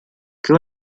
que